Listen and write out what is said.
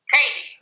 Crazy